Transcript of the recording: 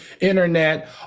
internet